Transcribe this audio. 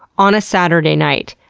on a saturday night.